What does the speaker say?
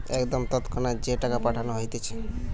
একদম তৎক্ষণাৎ যে টাকা পাঠানো হতিছে